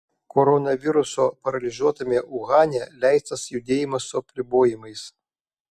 koronaviruso paralyžiuotame uhane leistas judėjimas su apribojimais